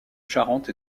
charente